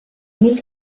mil